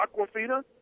Aquafina